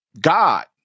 God